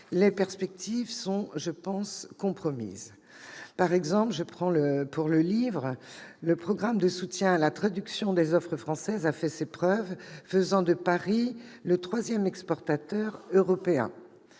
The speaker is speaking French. les perspectives sont, là aussi, compromises. Prenons pour exemple le livre. Le programme de soutien à la traduction des oeuvres françaises a fait ses preuves, faisant de Paris le troisième exportateur européen.